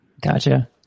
Gotcha